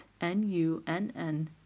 n-u-n-n